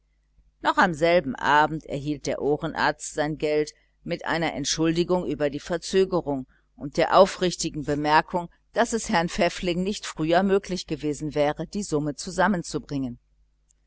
noch am selben abend erhielt der ohrenarzt sein geld mit einer entschuldigung über die verzögerung und der aufrichtigen bemerkung daß es herrn pfäffling nicht früher möglich gewesen sei die summe zusammenzubringen